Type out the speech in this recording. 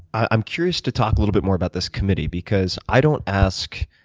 i'm curious to talk a little bit more about this committee, because i don't ask